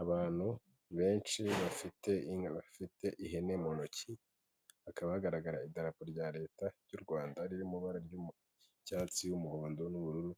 Abantu benshi bafite inka, bafite ihene mu ntoki, hakaba hagaragara idarapo rya leta ry'u Rwanda riri mu ibara ry'icyatsi, umuhondo n'ubururu,